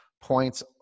points